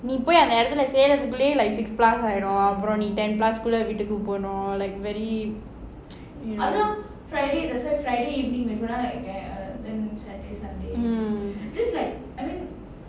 நீ போய் அந்த இடத்துலே சேரத்துக்குளேயே:nee poi andha idathulae serathukulayae like six plus you know ஆயிடும் அப்புறம்:aayidum appuram ten plus போனும்:ponum like very mm